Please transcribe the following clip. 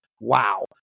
Wow